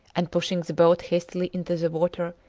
and, pushing the boat hastily into the water,